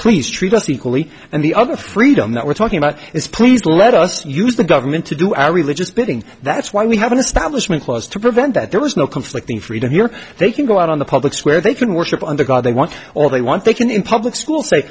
please treat us equally and the other freedom that we're talking about is please let us use the government to do our religious bidding that's why we have an establishment clause to prevent that there was no conflicting freedom here they can go out on the public square they can worship under god they want all they want they can in public school